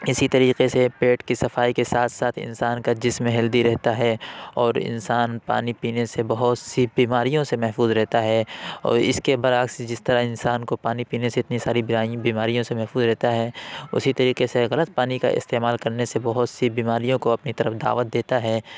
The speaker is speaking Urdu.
اسی طریقے سے پیٹ کی صفائی کے ساتھ ساتھ انسان کا جسم ہیلدی رہتا ہے اور انسان پانی پینے سے بہت سی پیماریوں سے محفوظ رہتا ہے اور اس کے بر عکس جس طرح انسان کو پانی پینے سے اتنی ساری بیماریوں سے محفوظ رہتا ہے اسی طریقے سے اگر غلط پانی کا استعمال کرنے سے بہت سی بیماریوں کو اپنی طرف دعوت دیتا ہے